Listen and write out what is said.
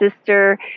sister